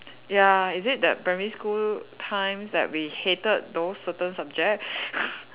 ya is it that primary school times that we hated those certain subject